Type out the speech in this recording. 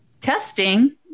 testing